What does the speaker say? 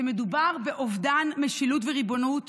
שמדובר באובדן משילות וריבונות